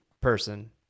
person